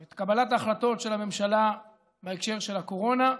את קבלת ההחלטות של הממשלה בהקשר של הקורונה,